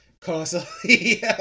constantly